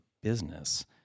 business